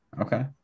Okay